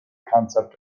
concept